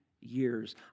years